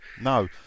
no